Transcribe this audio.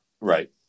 right